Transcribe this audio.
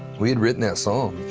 we had written that song.